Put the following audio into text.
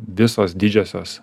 visos didžiosios